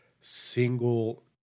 single